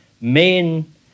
main